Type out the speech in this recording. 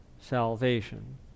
salvation